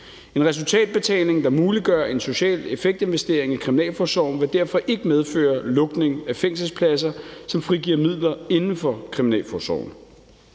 En resultatbetaling, der muliggør en social effekt-investering i kriminalforsorgen, vil derfor ikke medføre lukning af fængselspladser, som frigiver midler inden for kriminalforsorgen.